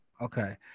okay